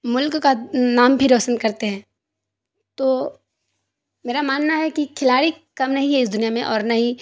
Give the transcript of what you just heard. ملک کا نام بھی روشن کرتے ہیں تومیرا ماننا ہے کہ کھلاڑی کم نہیں ہے اس دنیا میں اور نہ ہی